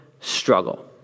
struggle